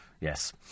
Yes